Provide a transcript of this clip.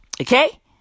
Okay